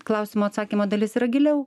klausimo atsakymo dalis yra giliau